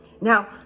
Now